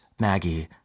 Maggie